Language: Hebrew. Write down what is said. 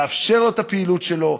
לאפשר לו את הפעילות שלו,